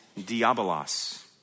diabolos